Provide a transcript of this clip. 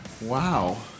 Wow